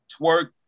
twerk